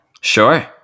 Sure